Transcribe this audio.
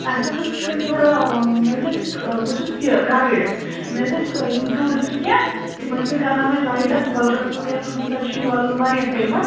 اَسہِ حظ ٲسۍ یِتھ کٔنۍ تھوڑا مےٚ حظ ٲسۍ بہٕ چھُس یہِ گایِڈ مےٚ حظ ٲسۍ یِم ٹوٗرِسٹ کیٚنٛہہ تِم ٲسۍ مےٚ کَررناوٕنۍ رایڈ اَتھ وَلرَس وغیرہ تُہٕنٛد سایڈٕ چھُ ولُر واریاہ فیمَس